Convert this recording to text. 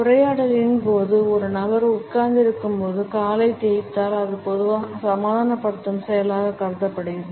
உரையாடலின் போது ஒரு நபர் உட்கார்ந்திருக்கும்போது காலை தேய்த்தாள் அது பொதுவாக சமாதானப்படுத்தும் செயலாக கருதப்படுகிறது